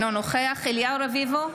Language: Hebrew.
אינו נוכח אליהו רביבו,